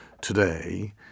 today